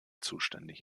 zuständig